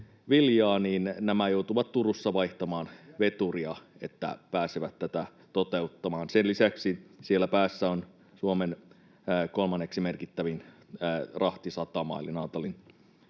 viljaa, niin nämä joutuvat Turussa vaihtamaan veturia, että pääsevät tätä toteuttamaan. Sen lisäksi siellä päässä on Suomen kolmanneksi merkittävin rahtisatama eli Naantalin